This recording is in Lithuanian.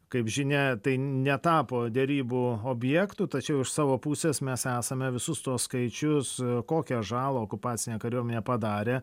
kaip žinia tai netapo derybų objektu tačiau iš savo pusės mes esame visus tuos skaičius kokią žalą okupacinė kariuomenė padarė